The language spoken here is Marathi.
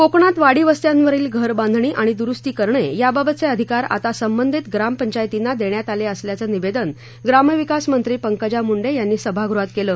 कोकणात वाडीवस्त्यांवरील घर बांधणी आणि द्रुस्ती करणे याबाबतचे अधिकार आता संबंधित ग्रामपंचायतीना देण्यात आले असल्याचं निवेदन ग्रामविकास मंत्री पंकजा मुंडे यांनी सभागृहात केलं